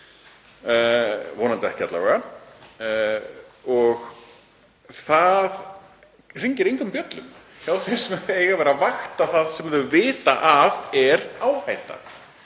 vonandi ekki alla vega. En það hringir engum bjöllum hjá þeim sem eiga að vera að vakta það sem þau vita að er áhætta.